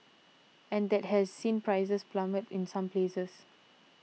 and that has seen prices plummet in some places